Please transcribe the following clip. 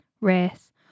race